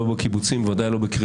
לא בקיבוצים,